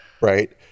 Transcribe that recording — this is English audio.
right